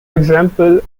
example